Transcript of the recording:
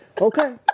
Okay